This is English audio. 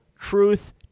truth